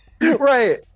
Right